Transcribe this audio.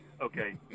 Okay